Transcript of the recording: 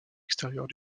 extérieurs